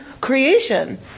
creation